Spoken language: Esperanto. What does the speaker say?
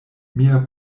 mia